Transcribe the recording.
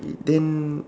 then